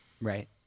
Right